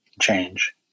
change